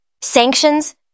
Sanctions